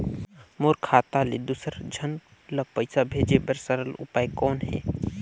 मोर खाता ले दुसर झन ल पईसा भेजे बर सरल उपाय कौन हे?